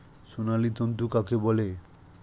সোনালী তন্তু কাকে বলে?